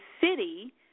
city